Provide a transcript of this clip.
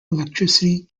electricity